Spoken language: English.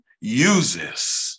uses